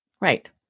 Right